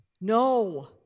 No